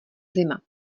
zima